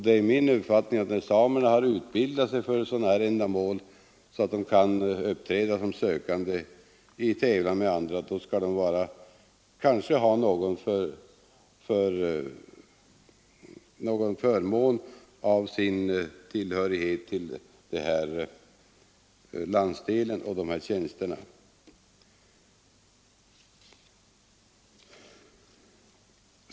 Det är min uppfattning att när samerna har utbildat sig så att de kan uppträda som sökande i tävlan med andra bör de ha någon fördel av sin tillhörighet till den här nämnda landsdelen.